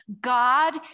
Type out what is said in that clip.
God